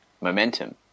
momentum